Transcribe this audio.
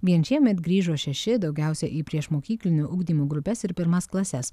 vien šiemet grįžo šeši daugiausia į priešmokyklinio ugdymo grupes ir pirmas klases